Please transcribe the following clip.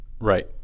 Right